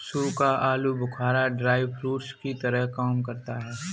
सूखा आलू बुखारा ड्राई फ्रूट्स की तरह काम करता है